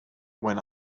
when